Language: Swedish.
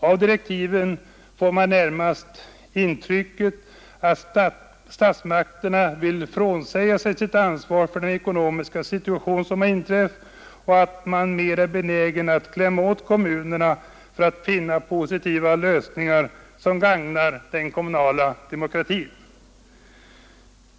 Av direktiven får man närmast intrycket att statsmakterna vill frånsäga sig sitt ansvar för den ekonomiska situation som uppstått och att regeringen är mera benägen att klämma åt kommunerna än att söka finna positiva lösningar som gagnar den kommunala demokratin.